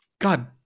God